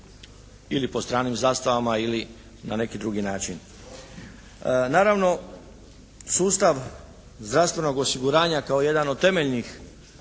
ili pod stranim zastavama ili na neki drugi način. Naravno, sustav zdravstvenog osiguranja kao jedan od temeljnih